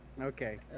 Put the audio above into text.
okay